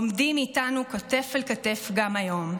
עומדים איתנו כתף אל כתף גם היום.